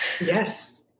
Yes